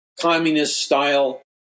communist-style